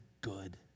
good